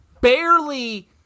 barely